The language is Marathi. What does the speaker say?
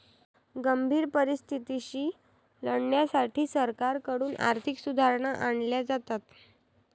गंभीर परिस्थितीशी लढण्यासाठी सरकारकडून आर्थिक सुधारणा आणल्या जातात